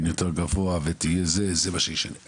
יותר גבוה ותהיה --- אז זה מה שישנה.